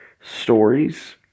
stories